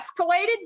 escalated